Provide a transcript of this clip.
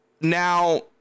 now